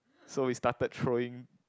so we started throwing